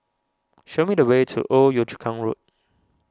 show me the way to Old Yio Chu Kang Road